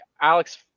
Alex